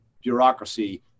bureaucracy